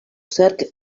zerk